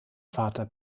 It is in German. vater